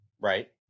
Right